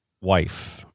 wife